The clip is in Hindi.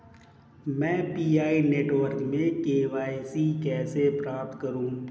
मैं पी.आई नेटवर्क में के.वाई.सी कैसे प्राप्त करूँ?